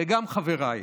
וגם חבריי.